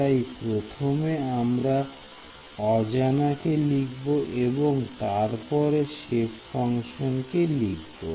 তাই প্রথমে আমরা অজানাকে লিখব এবং তারপরে সেপ ফাংশন কে লিখবো